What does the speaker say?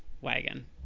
wagon